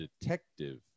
detective